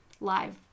live